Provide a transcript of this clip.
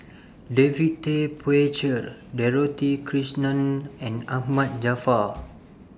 David Tay Poey Cher Dorothy Krishnan and Ahmad Jaafar